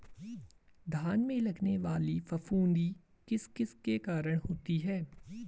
धान में लगने वाली फफूंदी किस किस के कारण होती है?